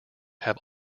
have